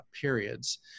periods